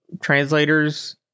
translators